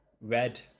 Red